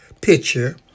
picture